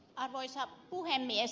arvoisa puhemies